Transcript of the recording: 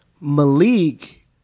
Malik